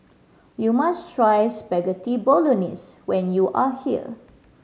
you must try Spaghetti Bolognese when you are here